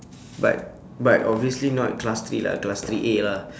but but obviously not class three lah class three A lah